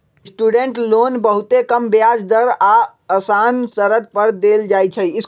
student loan बहुते कम ब्याज दर आऽ असान शरत पर देल जाइ छइ